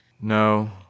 No